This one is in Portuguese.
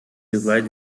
slide